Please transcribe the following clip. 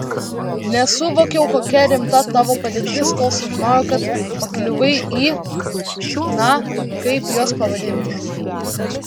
nesuvokiau kokia rimta tavo padėtis kol sužinojau kad pakliuvai į na kaip juos pavadinti